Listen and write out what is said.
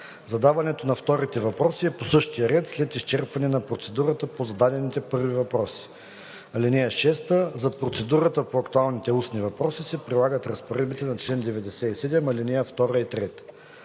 Задаването на вторите въпроси е по същия ред след изчерпване на процедурата по зададените първи въпроси. (6) За процедурата по актуалните устни въпроси се прилагат разпоредбите на чл. 97, ал. 2 и 3.